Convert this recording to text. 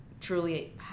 truly